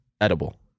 edible